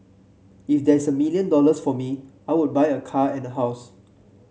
if there's a million dollars for me I would buy a car and a house